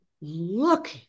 look